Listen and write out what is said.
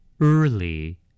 Early